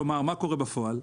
כלומר, בפועל,